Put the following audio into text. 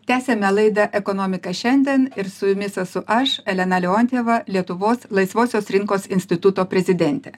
tęsiame laidą ekonomika šiandien ir su jumis esu aš elena leontjeva lietuvos laisvosios rinkos instituto prezidentė